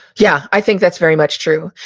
yeah, i think that's very much true.